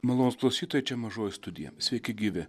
malonūs klausytojai čia mažoji studija sveiki gyvi